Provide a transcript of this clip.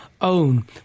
own